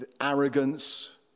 arrogance